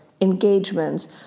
engagements